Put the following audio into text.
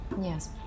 Yes